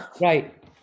Right